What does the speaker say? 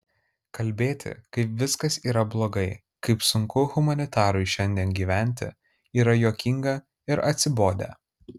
kalbėti kaip viskas yra blogai kaip sunku humanitarui šiandien gyventi yra juokinga ir atsibodę